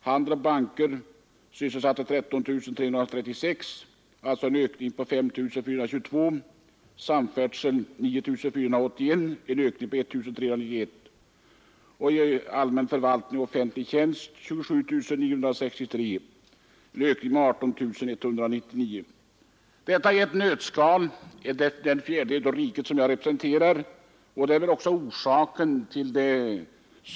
Handel och banker sysselsatte 13 336 personer, en ökning på 5 422. Samfärdsel: 9481, en ökning på 1391. Allmän förvaltning och offentlig tjänst: 27 963, en ökning med 18 119. Detta är i ett nötskal situationen i den fjärdedel av riket som jag representerar.